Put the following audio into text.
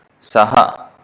Saha